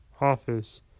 office